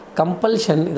compulsion